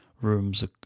rooms